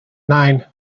nine